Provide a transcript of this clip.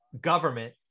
government